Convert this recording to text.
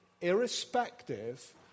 irrespective